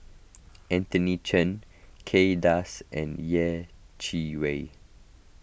Anthony Chen Kay Das and Yeh Chi Wei